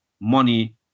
money